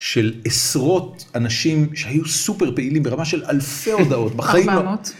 של עשרות אנשים שהיו סופר פעילים ברמה של אלפי הודעות בחיים.